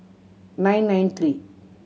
nine nine three